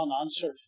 unanswered